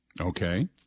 Okay